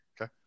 Okay